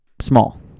small